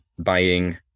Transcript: buying